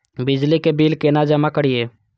बिजली के बिल केना जमा करिए?